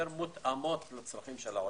יותר מותאמות לצורכי העולים,